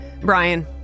Brian